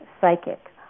psychic